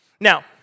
Now